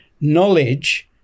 knowledge